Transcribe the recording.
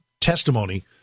testimony